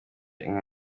inka